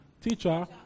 Teacher